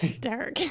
dark